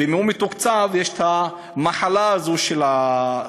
ואם הוא מתוקצב יש את המחלה הזו של התקציבים,